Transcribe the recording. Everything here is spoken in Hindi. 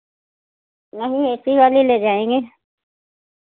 नहीं ए सी वाली ले जाएंगे